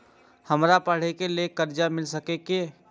हमरा पढ़े के लेल कर्जा मिल सके छे?